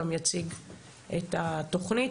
יציג את התוכנית.